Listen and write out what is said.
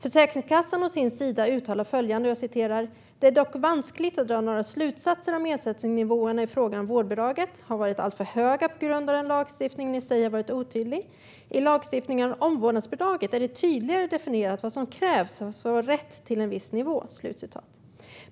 Försäkringskassan å sin sida uttalar följande: Det är dock vanskligt att dra några slutsatser om ersättningsnivåerna i fråga om vårdbidraget har varit alltför höga på grund av den lagstiftning ni säger har varit otydlig. I lagstiftningen om omvårdnadsbidraget är det tydligare definierat vad som krävs för att ha rätt till en viss nivå.